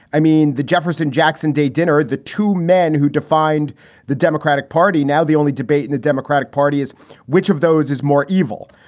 i mean, the jefferson jackson day dinner, the two men who defined the democratic party. now, the only debate in the democratic party is which of those is more evil.